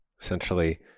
essentially